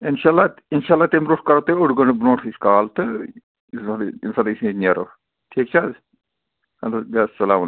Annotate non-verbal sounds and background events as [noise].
اِنشا اللہ اِنشا اللہ تمہِ برونٹھ کَرو تۄہہِ اوٚڑ گٔنٹہِ برونٹھٕے کَال تہٕ [unintelligible] ییٚمہِ ساتہٕ أسۍ یَیٚتہِ نٮ۪رو ٹھیٖک چھِ حظ ادٕ حَظ بیٚہہ حَظ سَلام وعلیکُم